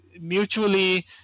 mutually